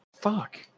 Fuck